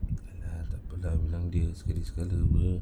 err tak apa lah bilang dia sekali-sekala [pe]